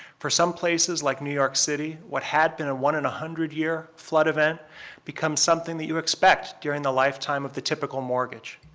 for some places like new york city, what had been a one in one hundred year flood event becomes something that you expect during the lifetime of the typical mortgage.